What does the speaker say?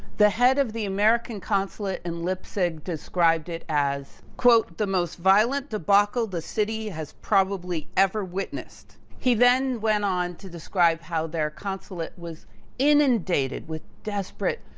the head of the american consulate in leipzig described it as, the most violent debacle the city has probably ever witnessed. he then went on to describe how their consulate was inundated with desperate,